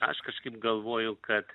aš kažkaip galvoju kad